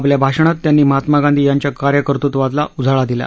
आपल्या भाषणात त्यांनी महात्मा गांधी यांच्या कार्यकतृत्वाला उजाळा दिला